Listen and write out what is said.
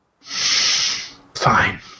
fine